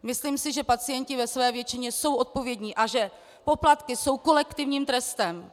Myslím si, že pacienti ve své většině jsou odpovědní a že poplatky jsou kolektivním trestem.